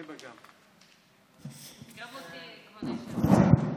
גם אותי, כבוד היושב-ראש.